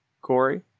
Corey